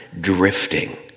drifting